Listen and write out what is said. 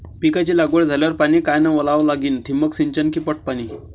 पिकाची लागवड झाल्यावर पाणी कायनं वळवा लागीन? ठिबक सिंचन की पट पाणी?